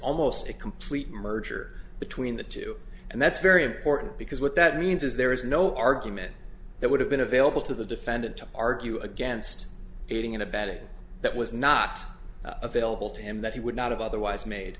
almost a complete merger between the two and that's very important because what that means is there is no argument that would have been available to the defendant to argue against aiding and abetting that was not available to him that he would not have otherwise made